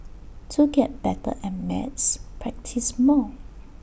to get better at maths practise more